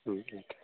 ம்